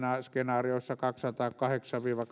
skenaarioissa kaksisataakahdeksan viiva